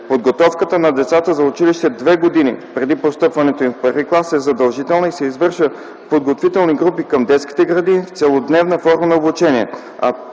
Подготовката на децата за училище две години преди постъпването им в първи клас е задължителна и се извършва в подготвителни групи към детските градини в целодневна форма на обучение,